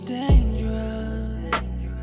dangerous